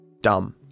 dumb